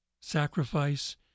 sacrifice